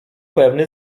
pewny